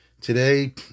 Today